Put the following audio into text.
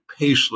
paceless